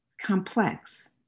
complex